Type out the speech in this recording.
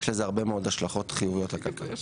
יש לזה הרבה מאוד השלכות חיוביות לכלכלה.